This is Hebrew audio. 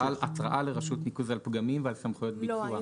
לרשות ניקוז על פגמים ועל סמכות ביצוע.